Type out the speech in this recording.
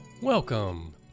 Welcome